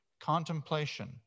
contemplation